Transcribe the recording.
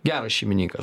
geras šeimininkas